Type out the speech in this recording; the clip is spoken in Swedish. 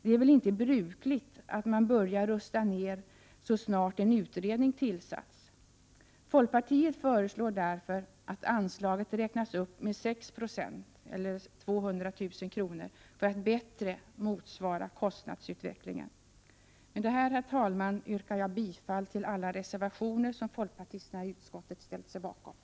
Det är väl inte brukligt att man börjar rusta ner så snart en utredning tillsatts. Folkpartiet föreslår därför att anslaget räknas upp med 6 96 eller 200 000 kr., för att bättre motsvara kostnadsutvecklingen. Med detta, herr talman, yrkar jag bifall till alla reservationer som folkpartisterna i utskottet har ställt sig bakom.